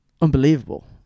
unbelievable